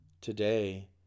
Today